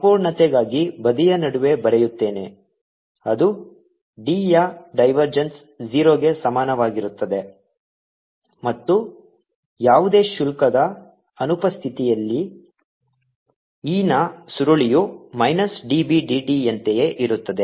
ಸಂಪೂರ್ಣತೆಗಾಗಿ ಬದಿಯ ನಡುವೆ ಬರೆಯುತ್ತೇನೆ ಅದು d ಯ ಡೈವರ್ಜೆನ್ಸ್ 0 ಗೆ ಸಮಾನವಾಗಿರುತ್ತದೆ ಮತ್ತು ಯಾವುದೇ ಶುಲ್ಕದ ಅನುಪಸ್ಥಿತಿಯಲ್ಲಿ e ನ ಸುರುಳಿಯು minus d b d t ಯಂತೆಯೇ ಇರುತ್ತದೆ